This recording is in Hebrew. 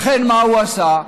לכן מה הוא עשה?